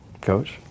Coach